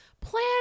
plan